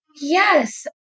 Yes